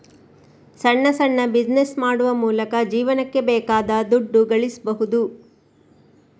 ಸಣ್ಣ ಸಣ್ಣ ಬಿಸಿನೆಸ್ ಮಾಡುವ ಮೂಲಕ ಜೀವನಕ್ಕೆ ಬೇಕಾದ ದುಡ್ಡು ಗಳಿಸ್ಬಹುದು